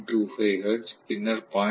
25 hertz பின்னர் 0